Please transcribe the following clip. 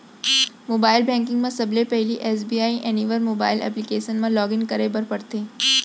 mobile banking म सबले पहिली एस.बी.आई एनिवर मोबाइल एप्लीकेसन म लॉगिन करे बर परथे